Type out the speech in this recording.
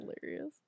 hilarious